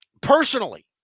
Personally